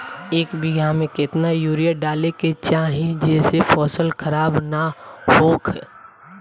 एक बीघा में केतना यूरिया डाले के चाहि जेसे फसल खराब ना होख?